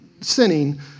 sinning